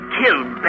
killed